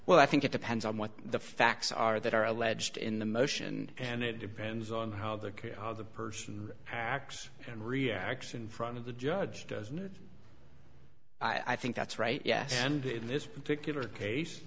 well i think it depends on what the facts are that are alleged in the motion and it depends on how the other person acts and reaction front of the judge does not i think that's right yes and in this particular case